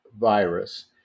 virus